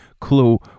clue